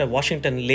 Washington